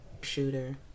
shooter